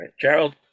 Gerald